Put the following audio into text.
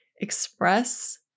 express